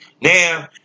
Now